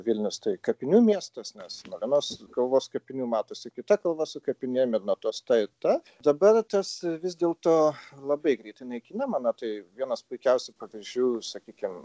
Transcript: vilnius tai kapinių miestas nes nuo vienos kalvos kapinių matosi kita kalva su kapinėm ir nuo tos ta ir ta dabar tas vis dėlto labai greitai naikinama na tai vienas puikiausių pavyzdžių sakykim